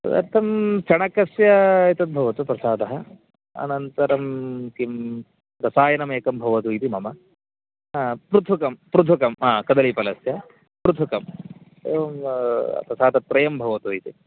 तदर्थं चणकस्य एतद्भवतु प्रसादः अनन्तरं किं रसायनमेकं भवतु इति मम पृथुकं पृथुकं कदलीफलस्य पृथुकम् एवं प्रसादत्रयं भवतु इति